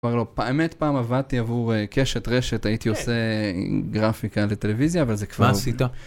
כבר לא, באמת, פעם עבדתי עבור קשת רשת, הייתי עושה גרפיקה לטלוויזיה, אבל זה כבר...